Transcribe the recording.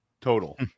total